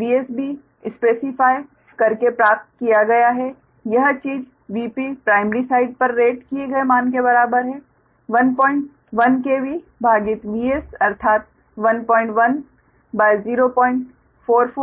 VsB specify करके प्राप्त किया गया है यह चीज Vp प्राइमरी साइड पर रेट किए गए मान के बराबर है 11 KV भागित Vs अर्थात 11 04425